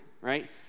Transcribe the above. right